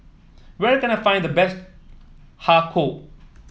where can I find the best Har Kow